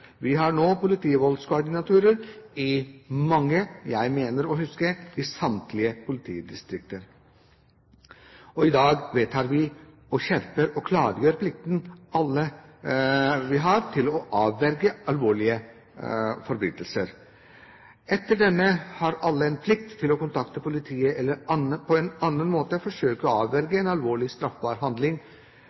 vi og skjerper og klargjør plikten alle har til å avverge alvorlige forbrytelser. Etter denne har alle en plikt til å kontakte politiet eller på annen måte forsøke å avverge en alvorlig straffbar handling.